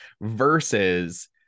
versus